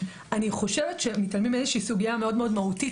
אני חושבת שמתעלמים מאיזושהי סוגיה מאוד מאוד מהותית